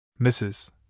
Mrs